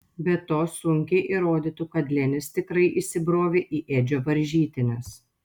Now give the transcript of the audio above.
be to sunkiai įrodytų kad lenis tikrai įsibrovė į edžio varžytines